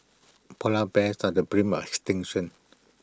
Polar Bears are the brink by extinction